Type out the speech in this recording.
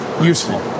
useful